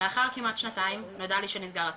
לאחר כמעט שנתיים נודע לי שנסגר התיק,